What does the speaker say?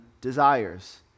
desires